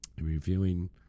Reviewing